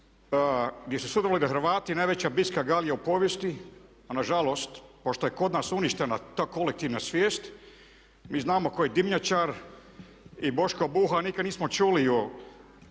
najveća …/Govornik se ne razumije./… galija u povijesti a nažalost pošto je kod nas uništena ta kolektivna svijest. Mi znamo koji dimnjačar i Boško Buha, nikad nismo čuli i